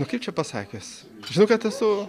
nu kaip čia pasakius žinau kad esu